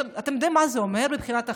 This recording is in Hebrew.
אתם יודעים מה זה אומר מבחינת החיים?